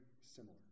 similar